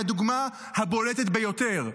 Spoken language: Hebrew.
היא הדוגמה הבולטת ביותר.